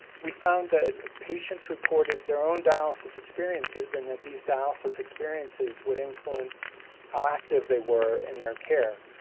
we found that patients reported their own dialysis experiences, and that these dialysis experiences would influence how active they were in their care.